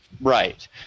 Right